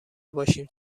باشیم